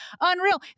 unreal